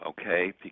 okay